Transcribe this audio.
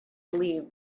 believe